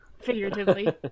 figuratively